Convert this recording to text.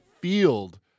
field